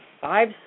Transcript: five